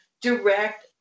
direct